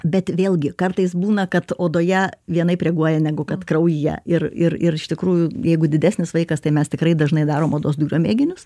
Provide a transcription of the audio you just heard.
bet vėlgi kartais būna kad odoje vienaip reaguoja negu kad kraujyje ir ir ir iš tikrųjų jeigu didesnis vaikas tai mes tikrai dažnai darom odos dūrio mėginius